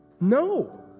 No